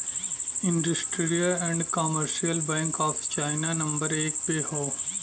industrial and commercial bank of China number एक पे हौ